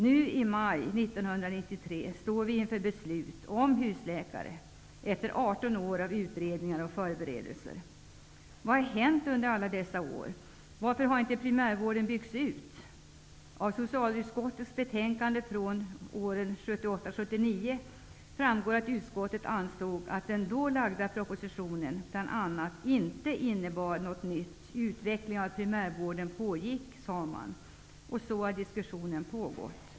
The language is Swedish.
Nu i maj 1993 står vi, efter 18 år av utredningar och förberedelser, inför ett beslut om husläkare. Vad har hänt under alla dessa år? Varför har inte primärvården byggts ut? Av socialutskottets betänkande från 1978/79 framgår att utskottet ansåg att den då lagda propositionen inte innebar något nytt. Arbetet med att utveckla primärvården pågick, sade utskottet. Och så har diskussionen fortgått.